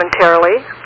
momentarily